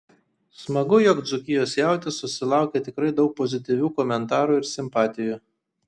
smagu jog dzūkijos jautis susilaukė tikrai daug pozityvių komentarų ir simpatijų